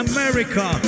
America